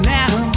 now